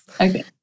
Okay